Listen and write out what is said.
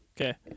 Okay